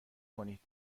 کنید